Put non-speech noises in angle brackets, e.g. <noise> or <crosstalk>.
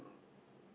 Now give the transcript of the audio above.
<noise>